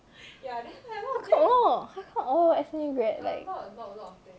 how come all how come all S_M_U grad like